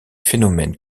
phénomènes